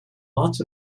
lots